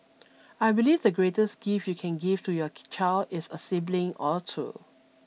I believe the greatest gift you can give to your child is a sibling or two